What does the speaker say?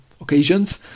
occasions